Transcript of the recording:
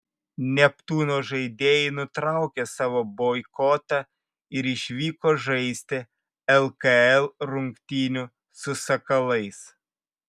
neptūno žaidėjai nutraukė savo boikotą ir išvyko žaisti lkl rungtynių su sakalais